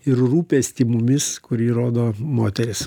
ir rūpestį mumis kurį rodo moterys